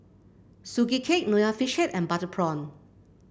Sugee Cake Nonya Fish Head and Butter Prawn